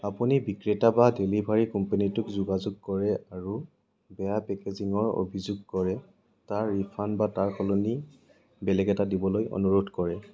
আপুনি বিক্ৰেতা বা ডেলিভাৰী কোম্পানীটোক যোগাযোগ কৰে আৰু বেয়া পেকেজিঙৰ অভিযোগ কৰে তাৰ ৰিফাণ্ড বা তাৰ সলনি বেলেগ এটা দিবলৈ অনুৰোধ কৰে